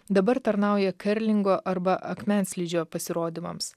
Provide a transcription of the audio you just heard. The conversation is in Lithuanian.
dabar tarnauja kerlingo arba akmenslydžio pasirodymams